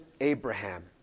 Abraham